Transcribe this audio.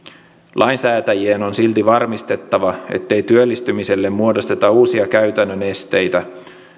lainsäätäjien on silti varmistettava ettei työllistymiselle muodosteta uusia käytännön esteitä